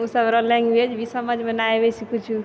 उसब रऽ लैंग्वेज भी समझमे ना आबै छै किछो